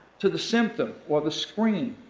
to the symptom or the screen.